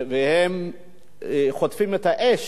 הם חוטפים את האש,